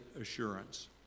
Assurance